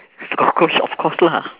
cockroach of course lah